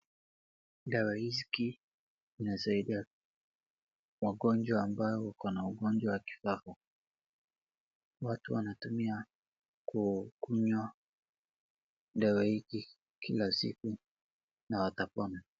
Dawa hiki inasaidia wagonjwa ambao wako na ugonjwa ya kifafa. Watu wanatumia kukunywa dawa hiki kila siku, na watapona.